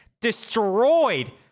destroyed